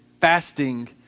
fasting